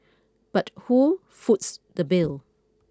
but who foots the bill